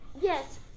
Yes